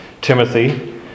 Timothy